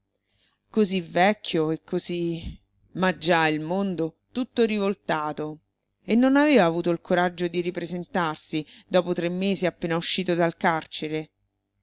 così vecchio e così ma già il mondo tutto rivoltato e non aveva avuto il coraggio di ripresentarsi dopo tre mesi appena uscito dal carcere